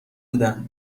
بودم